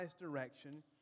direction